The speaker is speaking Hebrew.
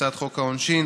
הצעת חוק העונשין